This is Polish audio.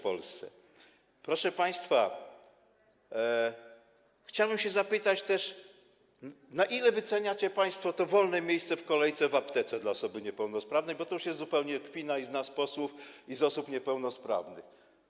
Proszę państwa, chciałbym też zapytać, na ile wyceniacie państwo to wolne miejsce w kolejce w aptece dla osoby niepełnosprawnej, bo to jest już zupełna kpina i z nas, posłów, i z osób niepełnosprawnych.